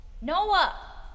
Noah